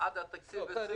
עד תקציב 2022,